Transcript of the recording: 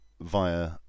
via